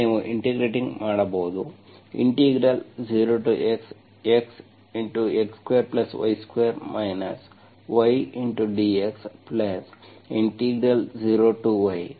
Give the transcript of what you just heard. ಆದ್ದರಿಂದ ನೀವು ಇಂಟಿಗ್ರೇಟ್ ಮಾಡಬಹುದು 0xxx2y2 ydx0yy2dyC